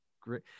great